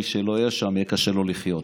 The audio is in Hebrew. מי שלא יהיה שם יהיה לו קשה לחיות.